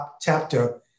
chapter